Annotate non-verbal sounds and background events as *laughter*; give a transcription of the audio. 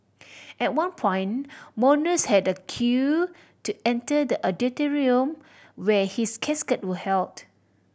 *noise* at one point mourners had queue to enter the *unintelligible* where his casket was held